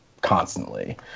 constantly